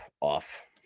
off